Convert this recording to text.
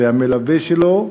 ואת המלווה שלו.